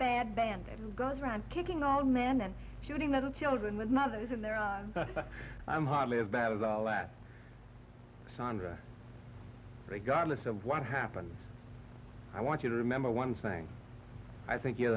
bad band goes around kicking all man and shooting the children with mothers in there i'm hardly as bad as all that sondra regardless of what happens i want you to remember one thing i think you're